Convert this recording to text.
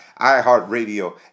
iHeartRadio